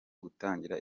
gutangira